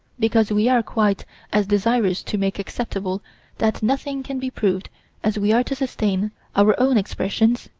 because we are quite as desirous to make acceptable that nothing can be proved as we are to sustain our own expressions,